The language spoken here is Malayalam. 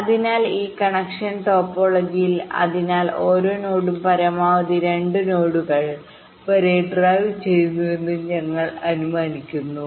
അതിനാൽ ഈ കണക്ഷൻ ടോപ്പോളജിയിൽ അതിനാൽ ഓരോ നോഡും പരമാവധി 2 നോഡുകൾ വരെ ഡ്രൈവ് ചെയ്യുന്നുവെന്ന് ഞങ്ങൾ അനുമാനിക്കുന്നു